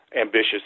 ambitious